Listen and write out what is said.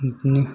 बिदिनो